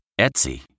Etsy